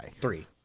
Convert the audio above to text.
Three